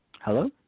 Hello